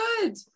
good